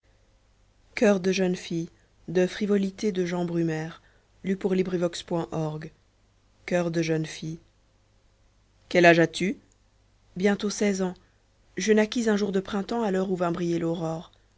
encor coeur de jeune fille quel âge as-tu bientôt seize ans je naquis un jour de printemps a l'heure où vint briller l'aurore